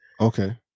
okay